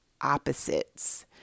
opposites